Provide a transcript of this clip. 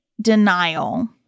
denial